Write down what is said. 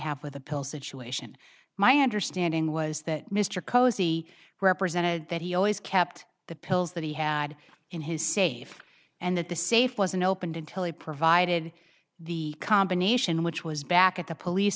have with the pill situation my understanding was that mr cosey represented that he always kept the pills that he had in his safe and that the safe was unopened until he provided the combination which was back at the police